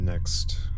Next